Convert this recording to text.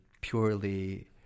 purely